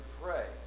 pray